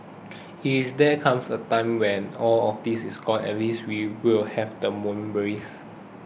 if there comes a time when all of this is gone at least we will have the memories